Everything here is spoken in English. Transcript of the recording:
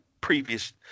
previous